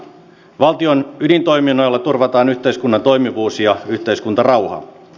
valtion ydintoiminnoilla turvataan yhteiskunnan toimivuus ja yhteiskuntarauha